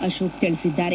ಅಶೋಕ ತಿಳಿಸಿದ್ದಾರೆ